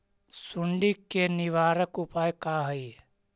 सुंडी के निवारक उपाय का हई?